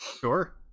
Sure